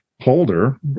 holder